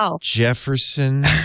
Jefferson